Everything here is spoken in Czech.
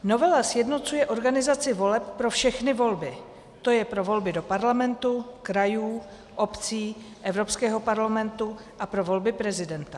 Novela sjednocuje organizaci voleb pro všechny volby, tj. pro volby do Parlamentu, krajů, obcí, Evropského parlamentu a pro volby prezidenta.